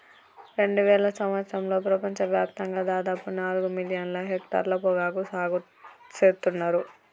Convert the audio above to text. రెండువేల సంవత్సరంలో ప్రపంచ వ్యాప్తంగా దాదాపు నాలుగు మిలియన్ల హెక్టర్ల పొగాకు సాగు సేత్తున్నర్